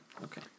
Okay